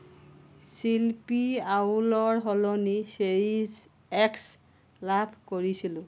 ছিলপী আউলৰ সলনি series X লাভ কৰিছিলোঁ